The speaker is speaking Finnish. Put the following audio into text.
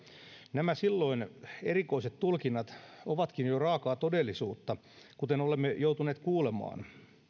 nämä silloin erikoiset tulkinnat ovatkin jo raakaa todellisuutta kuten olemme joutuneet kuulemaan